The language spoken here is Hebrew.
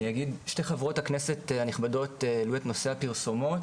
אני אגיד שתי חברות הכנסת הנכבדות העלו את נושא הפרסומות,